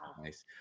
Nice